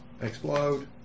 Explode